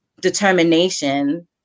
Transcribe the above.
determination